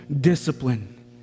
discipline